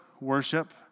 worship